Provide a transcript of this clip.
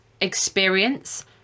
experience